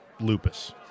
lupus